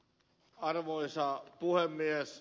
arvoisa puhemies